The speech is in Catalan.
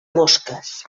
mosques